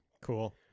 Cool